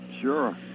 Sure